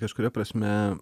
kažkuria prasme